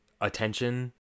attention